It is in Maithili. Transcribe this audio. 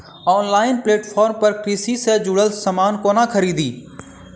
ऑनलाइन प्लेटफार्म पर कृषि सँ जुड़ल समान कोना खरीदी?